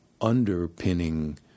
underpinning